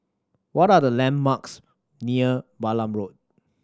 what are the landmarks near Balam Road